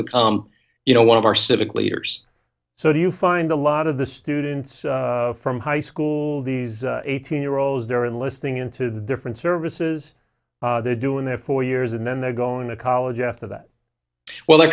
become you know one of our civic leaders so do you find a lot of the students from high school these eighteen year olds there and listening into different services they're doing there for years and then they're going to college after that well they're